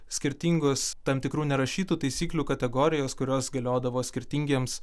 skirtingos tam tikrų nerašytų taisyklių kategorijos kurios galiodavo skirtingiems